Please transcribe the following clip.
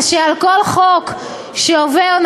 על כל חוק שעובר,